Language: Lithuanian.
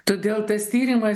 todėl tas tyrima